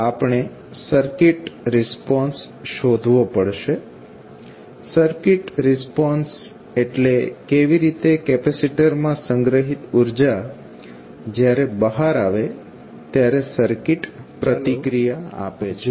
હવે આપણે circuit response શોધવો પડશે સર્કિટ રિસ્પોન્સ એટલે કેવી રીતે કેપેસીટરમાં સંગ્રહિત ઉર્જા જયારે બહાર આવે ત્યારે સર્કિટ પ્રતિક્રિયા આપે છે